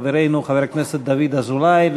חברנו חבר הכנסת דוד אזולאי,